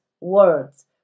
words